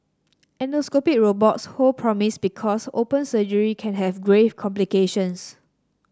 endoscopic robots hold promise because open surgery can have grave complications